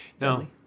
No